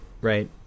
right